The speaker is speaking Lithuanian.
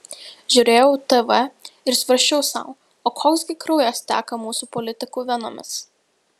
žiūrėjau tv ir svarsčiau sau o koks gi kraujas teka mūsų politikų venomis